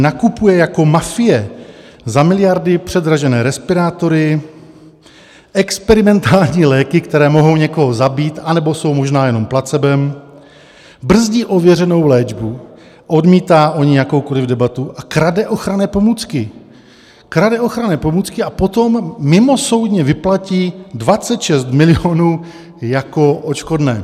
Nakupuje jako mafie za miliardy předražené respirátory, experimentální léky, které mohou někoho zabít anebo jsou možná jenom placebem, brzdí ověřenou léčbu, odmítá o ní jakoukoli debatu a krade ochranné pomůcky krade ochranné pomůcky a potom mimosoudně vyplatí 26 milionů jako odškodné.